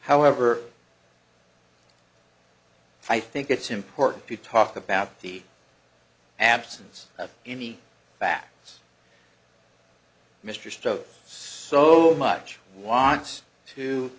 however i think it's important to talk about the absence of any facts mr stokes so much wants to